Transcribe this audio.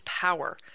power